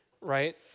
Right